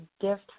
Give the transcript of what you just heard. gift